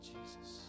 Jesus